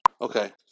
Okay